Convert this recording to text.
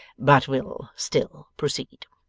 but will still proceed.